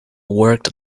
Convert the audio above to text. worked